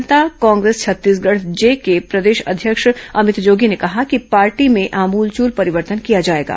जनता Congress Chhattisgarh J के प्रदेश अध्यक्ष अमित जोगी ने कहा है कि पार्टी में आमूलचूल परिवर्तन किया जाएगा